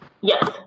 Yes